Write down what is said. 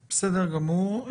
טוב, בסדר גמור.